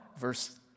verse